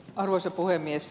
arvoisa puhemies